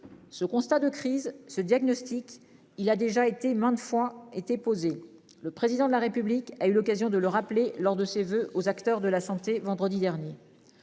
Ce constat de crise ce diagnostic. Il a déjà été maintes fois été posée. Le président de la République a eu l'occasion de le rappeler lors de ses voeux aux acteurs de la santé vendredi dernier.